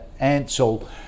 Ansel